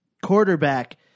quarterback